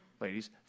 ladies